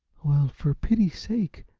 well, for pity's sake,